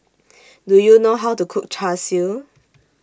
Do YOU know How to Cook Char Siu